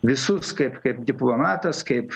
visus kaip kaip diplomatas kaip